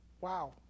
Wow